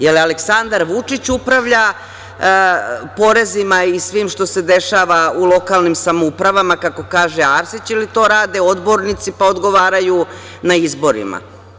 Jel Aleksandar Vučić upravlja porezima i svim što se dešava u lokalnim samoupravama, kako kaže Arsić, ili to rade odbornici pa odgovaraju na izborima?